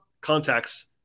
contacts